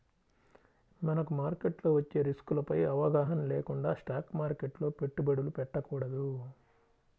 మనకు మార్కెట్లో వచ్చే రిస్కులపై అవగాహన లేకుండా స్టాక్ మార్కెట్లో పెట్టుబడులు పెట్టకూడదు